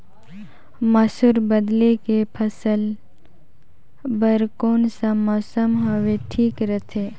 मसुर बदले के फसल बार कोन सा मौसम हवे ठीक रथे?